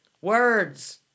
Words